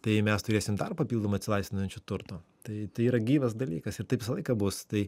tai mes turėsim dar papildomai atsilaisvinanči turto tai yra gyvas dalykas ir taip visą laiką bus tai